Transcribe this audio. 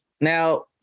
now